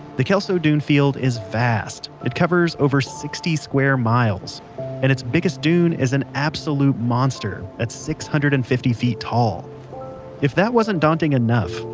the kelso dune field is vast. it covers over sixty square miles and it's biggest dune is an absolute monster at six hundred and fifty feet tall if that wasn't daunting enough,